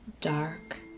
dark